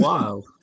wow